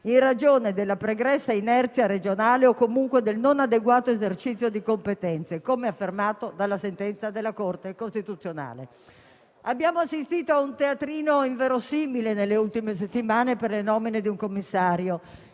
in ragione della pregressa inerzia regionale o comunque del non adeguato esercizio di competenze, come affermato dalla sentenza della Corte costituzionale. Nelle ultime settimane abbiamo assistito a un teatrino inverosimile connesso alle nomine di un commissario.